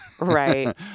Right